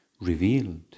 revealed